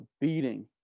beating